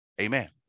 Amen